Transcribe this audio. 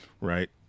right